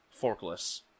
forkless